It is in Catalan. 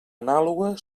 anàloga